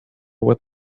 with